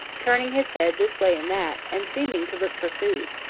turning his head this way and that, and seeming to look for food.